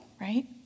Right